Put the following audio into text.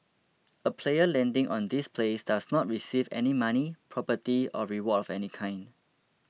a player landing on this place does not receive any money property or reward of any kind